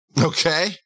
Okay